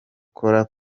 coca